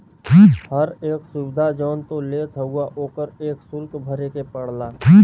हर एक सुविधा जौन तू लेत हउवा ओकर एक सुल्क भरे के पड़ला